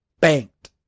banked